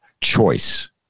choice